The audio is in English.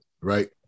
right